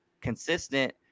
consistent